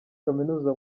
kaminuza